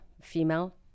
female